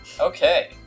Okay